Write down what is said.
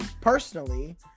personally